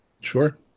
Sure